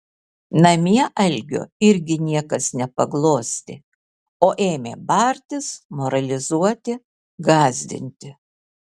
namie algio irgi niekas nepaglostė o ėmė bartis moralizuoti gąsdinti